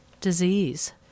disease